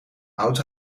oud